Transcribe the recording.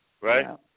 right